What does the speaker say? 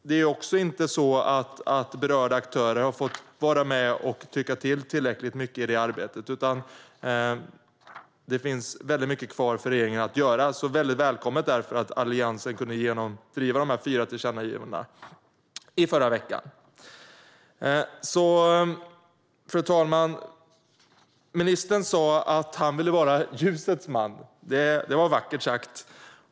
Det är inte heller så att berörda aktörer har fått vara med och tycka till tillräckligt mycket i det arbetet, utan det finns väldigt mycket kvar för regeringen att göra. Det var därför välkommet att Alliansen kunde genomdriva de här fyra tillkännagivandena förra veckan. Fru talman! Ministern sa att han ville vara en ljusets man. Det var vackert sagt.